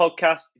Podcast